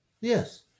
Yes